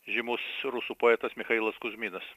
žymus rusų poetas michailas kuzminas